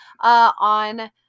On